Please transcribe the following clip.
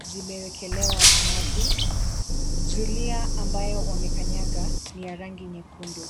zimewekelewa maji, zulia ambayo wamekanyaga ni ya rangi nyekundu.